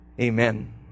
Amen